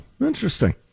interesting